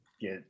get